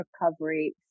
recovery